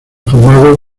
formado